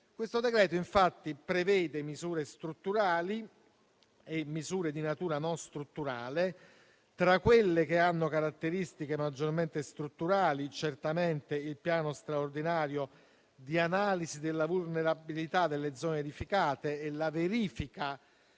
Questo decreto, infatti, prevede misure strutturali e misure di natura non strutturale; tra quelle che hanno caratteristiche maggiormente strutturali vi sono certamente il piano straordinario di analisi della vulnerabilità delle zone edificate e la verifica